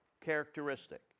characteristic